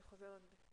אני חוזרת בי.